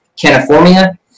caniformia